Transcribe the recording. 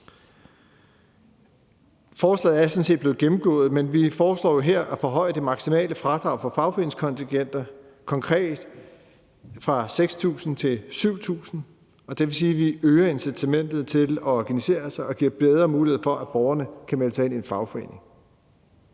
Forslaget er sådan set blevet gennemgået, men vi foreslår her at forhøje det maksimale fradrag for fagforeningskontingenter, konkret fra 6.000 kr. til 7.000 kr., og det vil sige, at vi øger incitamentet til at organisere sig og giver bedre mulighed for, at borgerne kan melde sig ind i en fagforening.